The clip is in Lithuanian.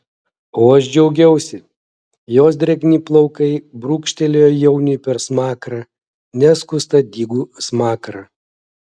o aš džiaugiausi jos drėgni plaukai brūkštelėjo jauniui per smakrą neskustą dygų smakrą